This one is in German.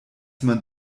man